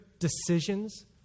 decisions